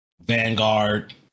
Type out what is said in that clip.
Vanguard